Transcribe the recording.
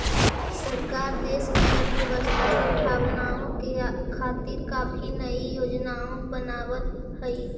सरकार देश की अर्थव्यवस्था संभालने के खातिर काफी नयी योजनाएं बनाव हई